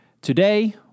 Today